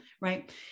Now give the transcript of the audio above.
right